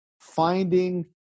finding